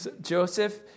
Joseph